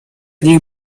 nich